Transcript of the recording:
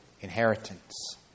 inheritance